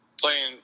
playing